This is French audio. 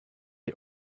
est